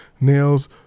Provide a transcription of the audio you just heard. nails